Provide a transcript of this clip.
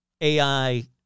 AI